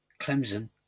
clemson